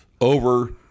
over